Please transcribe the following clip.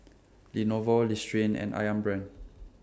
Lenovo Listerine and Ayam Brand